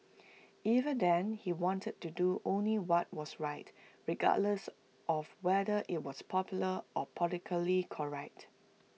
even then he wanted to do only what was right regardless of whether IT was popular or politically correct